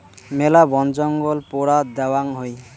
মেলা বনজঙ্গল পোড়া দ্যাওয়াং হই